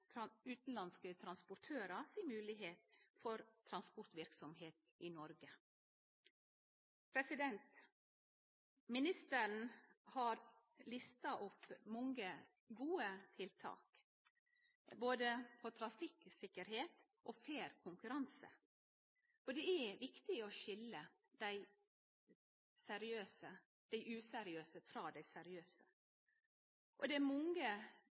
utanlandske transportørar for å drive transportverksemd i Noreg. Ministeren har lista opp mange gode tiltak innan både trafikksikkerheit og fair konkurranse. Det er viktig å skilje dei useriøse frå dei seriøse, og det er mange